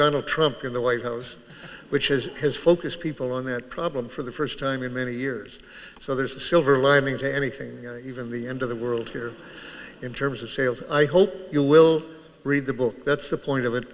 donald trump in the white house which is his focus people on that problem for the first time in many years so there's a silver lining to anything even the end of the world here in terms of sales i hope you will read the book that's the point of it